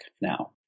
now